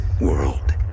world